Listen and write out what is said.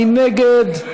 מי נגד?